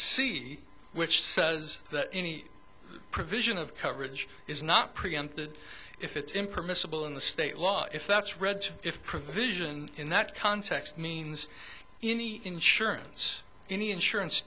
c which says that any provision of coverage is not presented if it's impermissible in the state law if that's red if provision in that context means any insurance any insurance